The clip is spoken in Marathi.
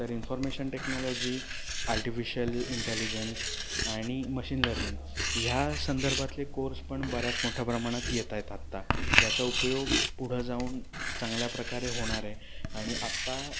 तर इन्फॉर्मेशन टेक्नॉलॉजी आर्टिफिशिअल इंटेलिजन्स आणि मशीन लर्निंग ह्या संदर्भातले कोर्स पण बऱ्याच मोठ्या प्रमाणात येत आहेत आत्ता याचा उपयोग पुढं जाऊन चांगल्या प्रकारे होणार आहे आणि आत्ता